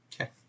Okay